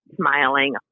smiling